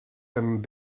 and